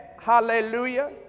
hallelujah